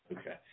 Okay